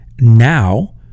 now